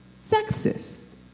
sexist